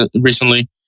recently